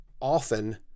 often